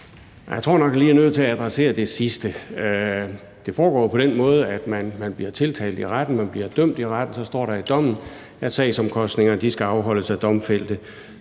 Jeg tror nok lige, jeg er nødt til at adressere det sidste. Det foregår jo på den måde, at man bliver tiltalt i retten, og man bliver dømt i retten, og at der så står i dommen, at sagsomkostningerne skal afholdes af domfældte.